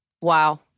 Wow